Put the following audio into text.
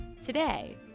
Today